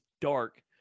dark